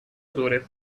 autore